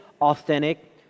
authentic